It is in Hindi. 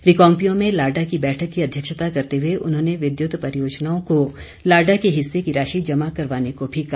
रिकांगपिओ में लाडा की बैठक की अध्यक्षता करते हुए उन्होंने विद्युत परियोजनाओं को लाडा के हिस्से की राशि जमा करवाने को भी कहा